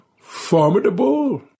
formidable